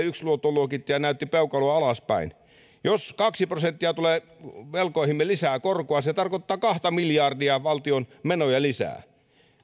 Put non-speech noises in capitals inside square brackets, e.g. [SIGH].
[UNINTELLIGIBLE] yksi luottoluokittaja näytti peukaloa alaspäin jos kaksi prosenttia tulee velkoihimme lisää korkoa se tarkoittaa kahta miljardia valtion menoja lisää